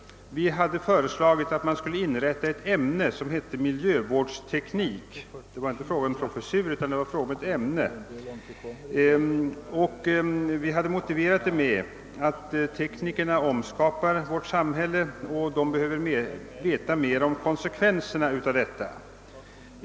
Vi hade föreslagit att man skulle införa ett ämne som hette miljövårdsteknik. Det är sålunda inte fråga om en professur utan om ett ämne. Motiveringen var att teknikerna omskapar vårt samhälle och därför borde veta mera om konsekvenserna av detta omskapande.